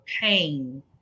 pain